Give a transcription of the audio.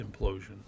implosion